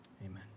Amen